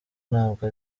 ntabwo